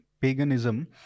paganism